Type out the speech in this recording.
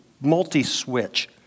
multi-switch